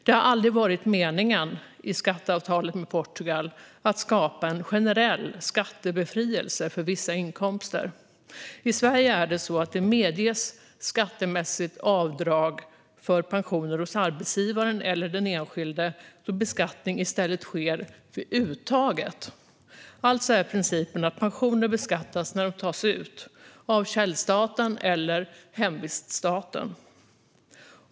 Det har aldrig varit meningen med skatteavtalet med Portugal att skapa en generell skattebefrielse för vissa inkomster. I Sverige medges skattemässigt avdrag för pensioner hos arbetsgivaren eller den enskilde då beskattning i stället sker vid uttaget. Alltså är principen att pensioner beskattas när de tas ut, av källstaten eller hemviststaten.